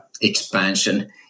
expansion